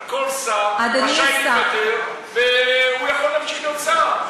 כל שר רשאי להתפטר מהכנסת והוא יכול להמשיך להיות שר.